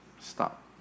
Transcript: stop